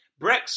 Brexit